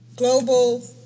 Global